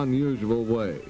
unusual way